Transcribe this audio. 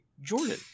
Jordan